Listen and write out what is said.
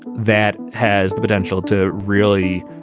that has the potential to really.